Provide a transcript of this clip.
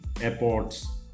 airports